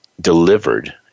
delivered